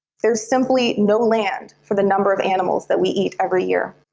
there's simply no land for the number of animals that we eat every year.